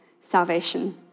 salvation